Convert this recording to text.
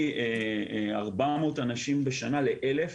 מ-400 אנשים בשנה ל-1,000